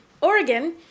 Oregon